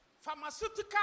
pharmaceutical